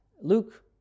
Luke